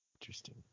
Interesting